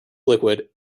liquid